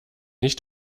nicht